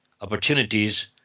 opportunities